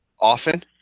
often